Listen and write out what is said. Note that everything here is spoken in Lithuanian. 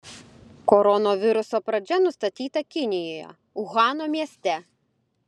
koronaviruso pradžia nustatyta kinijoje uhano mieste